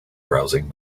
browsing